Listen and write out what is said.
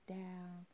down